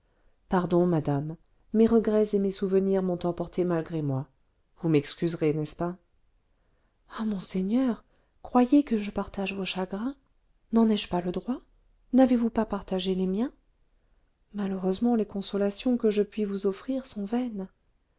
pardon madame mes regrets et mes souvenirs m'ont emporté malgré moi vous m'excuserez n'est-ce pas ah monseigneur croyez que je partage vos chagrins n'en ai-je pas le droit n'avez-vous pas partagé les miens malheureusement les consolations que je puis vous offrir sont vaines